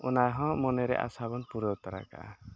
ᱚᱱᱟ ᱦᱚᱸ ᱢᱚᱱᱮᱨᱮᱭᱟᱜ ᱟᱥᱟ ᱵᱚ ᱯᱩᱨᱟᱹᱣ ᱛᱟᱨᱟ ᱠᱟᱜᱼᱟ